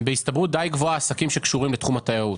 בהסתברות גבוהה למדי עסקים שקשורים לתחום התיירות,